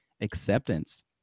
acceptance